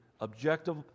objective